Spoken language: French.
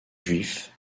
juifs